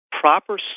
proper